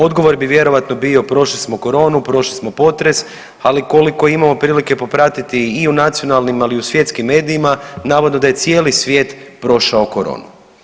Odgovor bi vjerojatno bio prošli smo koronu, prošli smo potres ali koliko imamo prilike popraviti i u nacionalnim, ali i u svjetskim medijima navodno da je cijeli svijet prošao koronu.